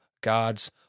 God's